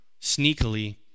sneakily